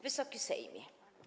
Wysoki Sejmie!